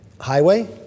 Highway